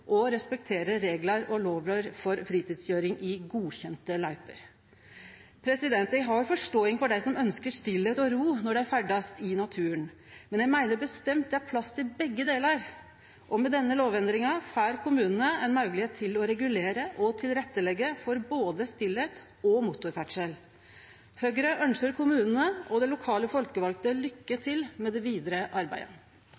og respektere lover og reglar for fritidskøyring i godkjende løyper. Eg forstår dei som ønskjer stille og ro når dei ferdast i naturen, men eg meiner bestemt at det er plass til begge delar. Med denne lovendringa får kommunane eit høve til å regulere og leggje til rette for både stille og motorferdsel. Høgre ønskjer kommunane og dei lokale folkevalde